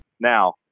Now